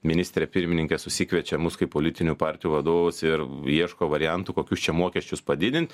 ministrė pirmininkė susikviečia mus kaip politinių partijų vadovus ir ieško variantų kokius čia mokesčius padidint